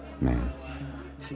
man